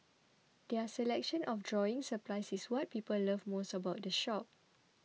their selection of drawing supplies is what people love most about the shop